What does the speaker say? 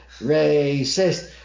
racist